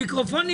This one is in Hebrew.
המיקרופונים